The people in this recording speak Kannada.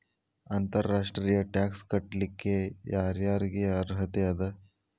ಅಂತರ್ ರಾಷ್ಟ್ರೇಯ ಟ್ಯಾಕ್ಸ್ ಕಟ್ಲಿಕ್ಕೆ ಯರ್ ಯಾರಿಗ್ ಅರ್ಹತೆ ಅದ?